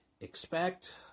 expect